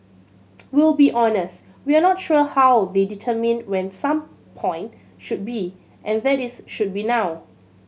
we'll be honest we're not sure how they determined when some point should be and that is should be now